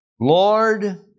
Lord